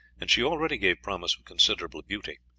and she already gave promise of considerable beauty.